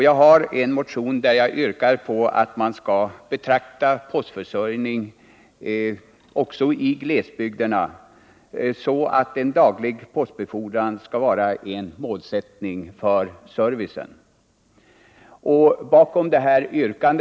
Jag har i en motion yrkat att det för postförsörjningen i glesbygd skall vara en målsättning att ha en daglig postbefordran.